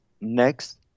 next